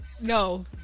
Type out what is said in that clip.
No